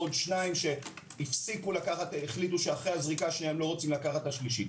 עוד שניים שאחרי הזריקה השנייה הם החליטו שלא רוצים לקחת את השלישית.